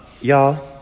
Y'all